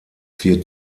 vier